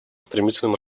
стремительным